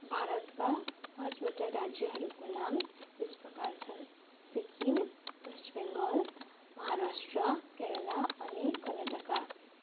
भारतका पाँचवटा राज्यहरूको नाम यस प्रकार छन् सिक्किम वेस्ट बङ्गाल महाराष्ट्र केरल अनि कर्नाटक